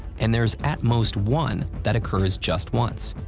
and there's at most one that occurs just once.